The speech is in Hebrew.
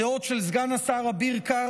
הדעות של סגן השר לשעבר אביר קרא